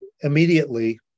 immediately